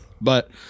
But-